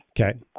Okay